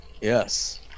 Yes